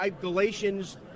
Galatians